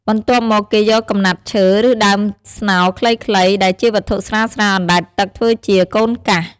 បន្ទាប់មកគេយកកំណាត់ឈើ ឬដើមស្នោរខ្លីៗ ដែលជាវត្ថុស្រាលៗអណ្ដែតទឹក ធ្វើជា "កូនកាស"។